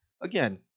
again